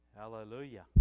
Hallelujah